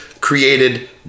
created